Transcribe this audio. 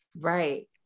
Right